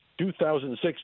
2006